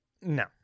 No